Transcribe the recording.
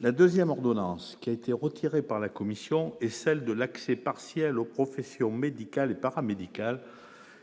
la 2ème ordonnance qui a été retiré par la commission et celle de l'accès partiel aux professions médicales et paramédicales,